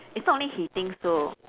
it's not only he thinks so